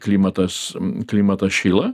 klimatas klimatas šyla